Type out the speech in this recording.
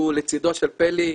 שהוא לצדו של פלי,